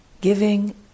Giving